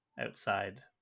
outside